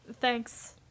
Thanks